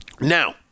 Now